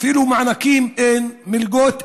אפילו מענקים אין, מלגות אין,